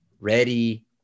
ready